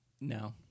No